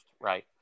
right